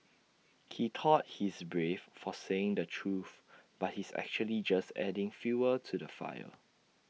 he thought he's brave for saying the truth but he's actually just adding fuel to the fire